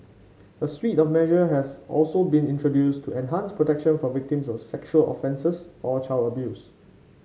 a suite of measure has also been introduced to enhance protection for victims of sexual offences or child abuse